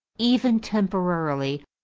even temporarily,